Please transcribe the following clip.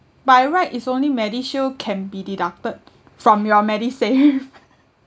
by right is only MediShield can be deducted from your MediSave